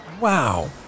Wow